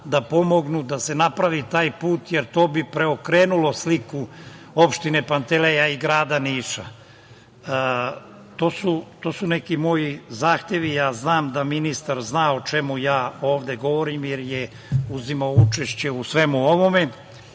da pomognu da se napravi taj put, jer to bi preokrenulo sliku opštine Panteleja i grada Niša. Ovo bi bili neki moji zahtevi. Ja znam da ministar zna o čemu ja ovde govorim, jer je uzimao učešće u svemu ovome. Ono